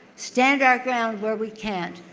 stand our ground where we can't.